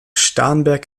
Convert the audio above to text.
starnberg